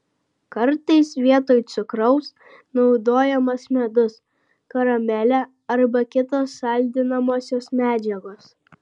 kartais vietoj cukraus naudojamas medus karamelė arba kitos saldinamosios medžiagos